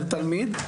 של תלמיד,